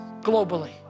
globally